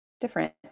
different